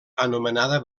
anomenada